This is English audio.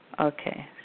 Okay